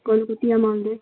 کوئی کتنی اماؤنٹ ہے